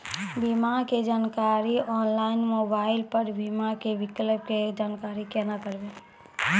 बीमा के जानकारी ऑनलाइन मोबाइल पर बीमा के विकल्प के जानकारी केना करभै?